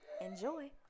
Enjoy